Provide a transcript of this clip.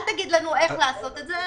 אל תגיד לנו איך לעשות את זה.